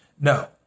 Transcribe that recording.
no